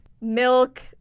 milk